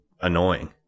annoying